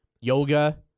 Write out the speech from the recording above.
yoga